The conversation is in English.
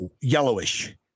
yellowish